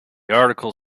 article